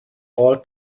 all